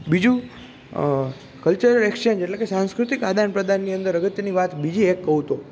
બીજું cultural exchange એટલે કે સાંસ્કૃતિક આદાન પ્રદાનની અંદર અગત્યની વાત બીજી એક કહું તો